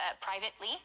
privately